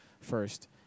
first